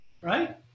right